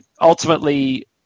ultimately